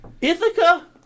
Ithaca